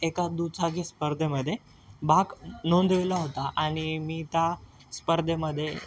एका दुचाकी स्पर्धेमध्ये भाग नोंदवला होता आणि मी त्या स्पर्धेमध्ये